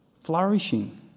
flourishing